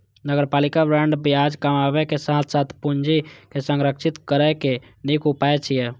नगरपालिका बांड ब्याज कमाबै के साथ साथ पूंजी के संरक्षित करै के नीक उपाय छियै